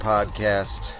Podcast